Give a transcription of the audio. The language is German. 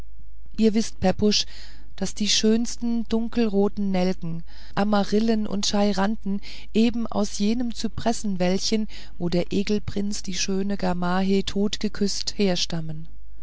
ihr wißt pepusch daß die schönsten dunkelroten nelken amaryllen und cheiranthen eben aus jenem zypressenwäldchen wo der egelprinz die schöne gamaheh totküßte herstammen